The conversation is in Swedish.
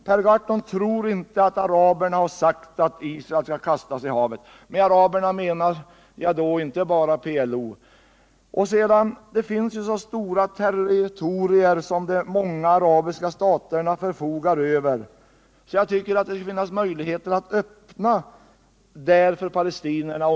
Herr Gahrton tror inte att araberna har sagt att Israel skall kastas i havet. Med araberna menar jag då inte bara PLO. De många arabiska staterna förfogar ju över så stora territorier att jag tycker det borde finnas möjligheter att där öppna områden för palestinierna.